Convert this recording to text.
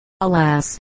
alas